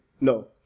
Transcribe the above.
No